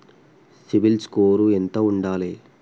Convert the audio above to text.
CIBIL score ఎంత ఉండాలే?